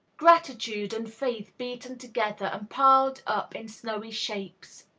gratitude and faith beaten together and piled up in snowy shapes.